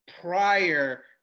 prior